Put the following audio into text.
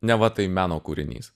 neva tai meno kūrinys